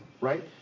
right